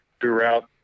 throughout